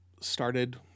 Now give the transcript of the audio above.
Started